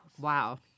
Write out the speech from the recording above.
wow